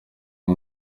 uwo